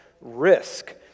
Risk